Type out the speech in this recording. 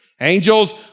Angels